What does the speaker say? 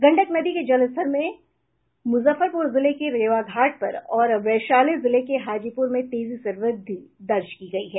गंडक नदी के जलस्तर में मुजफ्फरपुर जिले के रेवा घाट पर और वैशाली जिले के हाजीपुर में तेजी से व्रद्धि दर्ज की गयी है